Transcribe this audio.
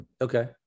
Okay